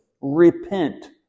Repent